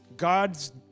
God's